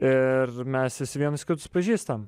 ir mes visi vienas kitus pažįstam